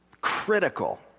critical